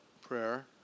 prayer